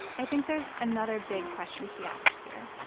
i think there's another big question to be asked here,